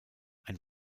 ein